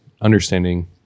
understanding